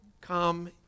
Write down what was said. come